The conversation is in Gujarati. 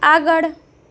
આગળ